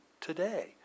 today